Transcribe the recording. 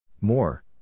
More